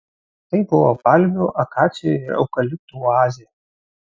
tai buvo palmių akacijų ir eukaliptų oazė